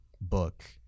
book